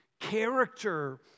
character